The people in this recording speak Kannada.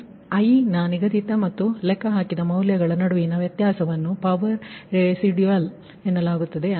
ಬಸ್ i ನ ನಿಗದಿತ ಮತ್ತು ಲೆಕ್ಕಹಾಕಿದ ಮೌಲ್ಯಗಳ ನಡುವಿನ ವ್ಯತ್ಯಾಸವನ್ನು ಪವರ್ ರೆಸಿಡುಯಲ್ ಎನ್ನಲಾಗುತ್ತದೆ